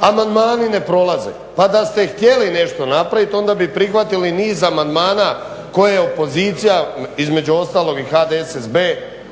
Amandmani ne prolaze, pa da ste htjeli nešto napravit onda bi prihvatili niz amandmana koje opozicija, između ostalog i HDSSB